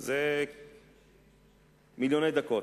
זה מיליוני דקות.